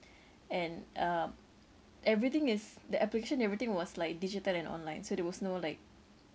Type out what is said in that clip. and um everything is the application everything was like digital and online so there was no like